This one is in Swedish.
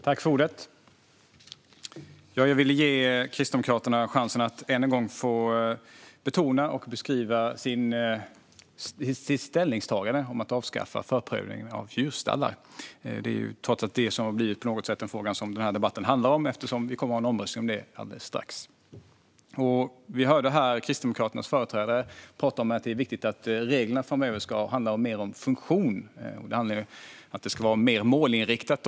Fru talman! Jag ville ge Kristdemokraterna chansen att än en gång betona och beskriva sitt ställningstagande att avskaffa förprövningen av djurstallar. Det är trots allt denna fråga som har blivit det som debatten handlar om, eftersom vi kommer att ha en omröstning om det alldeles strax. Vi hörde Kristdemokraternas företrädare tala om att det är viktigt att reglerna framöver handlar mer om funktion och att det ska vara mer målinriktat.